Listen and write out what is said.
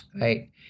right